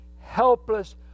Helpless